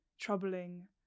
troubling